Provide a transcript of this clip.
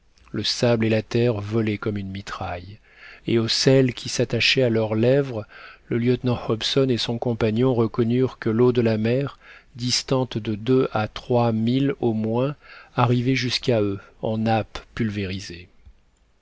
le sable et la terre volaient comme une mitraille et au sel qui s'attachait à leurs lèvres le lieutenant hobson et son compagnon reconnurent que l'eau de la mer distante de deux à trois milles au moins arrivait jusqu'à eux en nappes pulvérisées